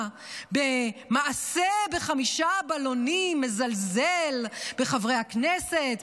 ב"מעשה בחמישה בלונים" מזלזל בחברי הכנסת,